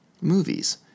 movies